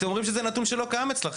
אתם אומרים שזה נתון שלא קיים אצלכם.